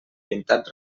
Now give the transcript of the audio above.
pintat